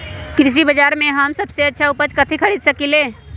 कृषि बाजर में हम सबसे अच्छा कथि खरीद सकींले?